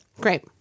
Great